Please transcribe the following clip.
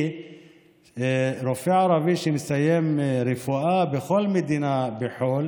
כי רופא ערבי שמסיים רפואה בכל מדינה בחו"ל